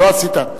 לא עשית.